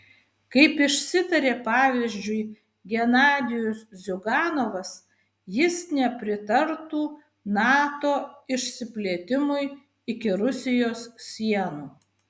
kaip išsitarė pavyzdžiui genadijus ziuganovas jis nepritartų nato išsiplėtimui iki rusijos sienų